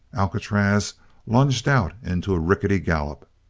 alcatraz lunged out into a rickety gallop.